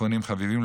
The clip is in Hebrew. אחרונים חביבים,